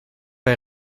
een